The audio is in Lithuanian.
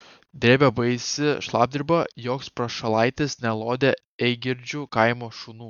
drėbė baisi šlapdriba joks prašalaitis nelodė eigirdžių kaimo šunų